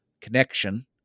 connection